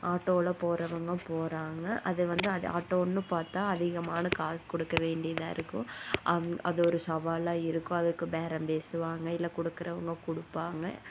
ஆட்டோவில் போறவங்க போகிறாங்க அது வந்து அது ஆட்டோனு பார்த்தா அதிகமான காசு கொடுக்க வேண்டியதாக இருக்கும் அந்த அது ஒரு சவாலாக இருக்கும் அதுக்கு பேரம் பேசுவாங்க இல்லை கொடுக்குறவுங்க கொடுப்பாங்க